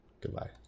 Goodbye